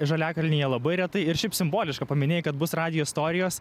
žaliakalnyje labai retai ir šiaip simboliška paminėjai kad bus radijo istorijos